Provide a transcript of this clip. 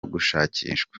gushakishwa